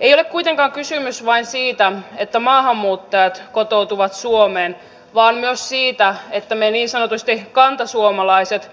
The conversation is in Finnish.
ei ole kuitenkaan kysymys vain siitä että maahanmuuttajat kotoutuvat suomeen vaan myös siitä että me niin sanotusti kantasuomalaiset